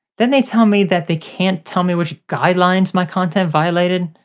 then they tell me that they can't tell me which guidelines my content violated.